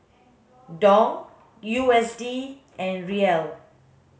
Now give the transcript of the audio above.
Dong U S D and Riel